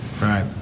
Right